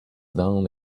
down